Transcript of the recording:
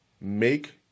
make